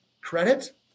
credit